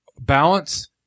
balance